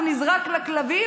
הוא נזרק לכלבים,